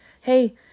hey